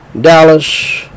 Dallas